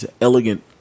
elegant